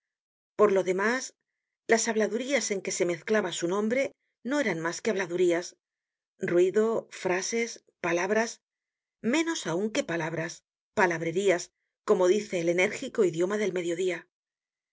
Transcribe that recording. por lo demás las habladurías en que se mezclaba su nombre no eran mas que habladurías ruido frases palabras menos aun que palabras palabrerías como dice el enérgico idioma del mediodía